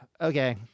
Okay